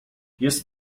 jest